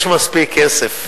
יש מספיק כסף.